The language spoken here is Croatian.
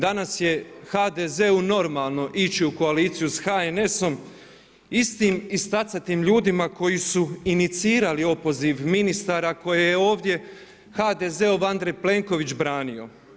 Danas je HDZ-u normalno ići u koaliciju sa HNS-om, istim i … ljudima koji su inicirali opoziv ministara koje je ovdje HDZ-ov Andrej Plenković branio.